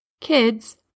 kids